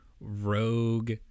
rogue